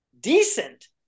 decent